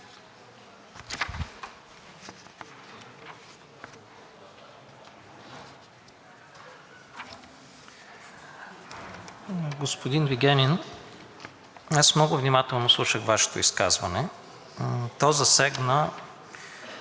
Господин Вигенин, много внимателно слушах Вашето изказване. То засегна